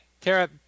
Tara